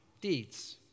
Deeds